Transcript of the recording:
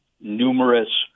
numerous